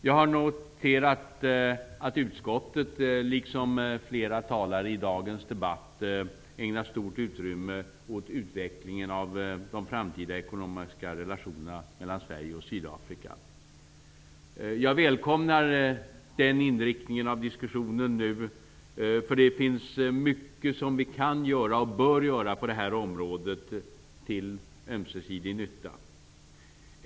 Jag noterar att utskottet liksom flera talare i dagens debatt ägnar stort utrymme åt utvecklingen av de framtida ekonomiska relationerna mellan Sverige och Sydafrika. Jag välkomnar den inriktningen av diskussionen. Det finns mycket som vi kan och bör göra på detta område, till ömsesidig nytta.